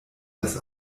das